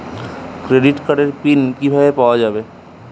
Credit কার্ডের PIN কিভাবে পাওয়া যাবে?